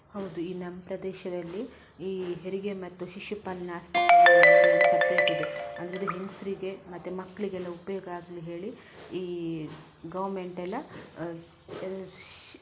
ಹೌದು ಈ ನಮ್ಮ ಪ್ರದೇಶದಲ್ಲಿ ಈ ಹೆರಿಗೆ ಮತ್ತು ಶಿಶು ಪಾಲನಾ ಆಸ್ಪತ್ರೆ ಅಂತ ಹೇಳಿ ಸೆಪ್ರೇಟ್ ಇದೆ ಅಂದರೆ ಹೆಂಗಸರಿಗೆ ಮತ್ತು ಮಕ್ಕಳಿಗೆಲ್ಲ ಉಪಯೋಗ ಆಗಲಿ ಹೇಳಿ ಈ ಗವರ್ನ್ಮೆಂಟೆಲ್ಲ ಎಲ್ ಶ್